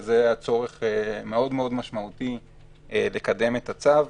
וזה הצורך המאוד משמעותי לקדם את הצו,